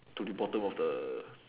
to the bottom of the